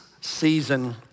season